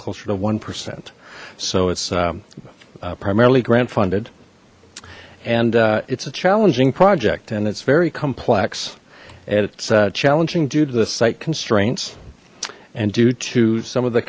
closer to one percent so it's primarily grant funded and it's a challenging project and it's very complex it's challenging due to the site constraints and due to some of the